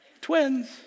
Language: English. Twins